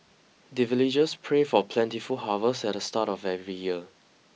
the villagers pray for plentiful harvest at the start of every year